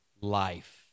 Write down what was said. life